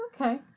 Okay